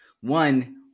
One